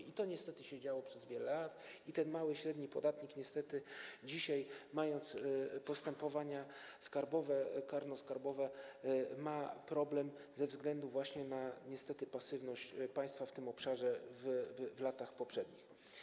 I to niestety działo się przez wiele lat, i ten mały, średni podatnik niestety dzisiaj, mając postępowania skarbowe, karno-skarbowe, ma problem ze względu na pasywność państwa w tym obszarze w latach poprzednich.